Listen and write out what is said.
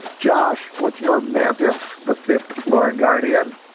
josh, what's your math test? the fifth floor guardian